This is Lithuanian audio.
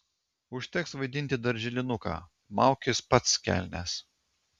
užteks vaidinti darželinuką maukis pats kelnes